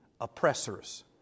oppressors